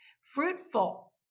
fruitful